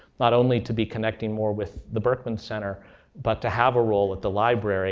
not only to be connecting more with the berkman center but to have a role at the library